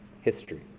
history